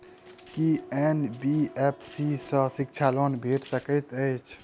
की NBFC सँ शिक्षा loan भेटि सकैत अछि?